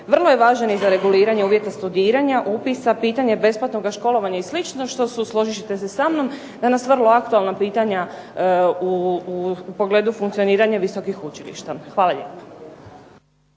vrlo je važan za reguliranje uvjeta studiranja, upisa, pitanje besplatnoga školovanja i slično, što su složit ćete se sa mnom danas vrlo aktualna pitanja u pogledu funkcioniranja visokih učilišta. Hvala lijepa.